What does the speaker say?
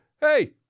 hey